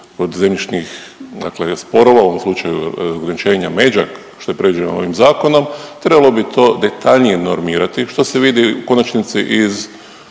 kod zemljišnih dakle sporova u ovom slučaju ograničenja međa što je predviđeno ovim zakonom trebalo bi to detaljnije normirati što se vidi u konačnici iz